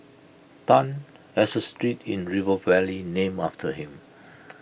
Tan has A street in river valley named after him